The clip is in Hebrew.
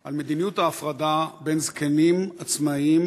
על מדיניות ההפרדה בין זקנים עצמאיים